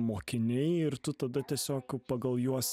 mokiniai ir tu tada tiesiog pagal juos